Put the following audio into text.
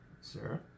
Sarah